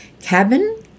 cabin